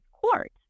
court